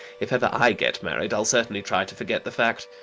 if ever i get married, i'll certainly try to forget the fact.